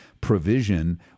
provision